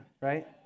right